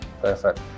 perfect